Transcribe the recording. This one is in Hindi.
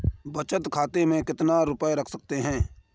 बचत खाते में कितना रुपया रख सकते हैं?